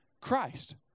Christ